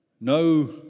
no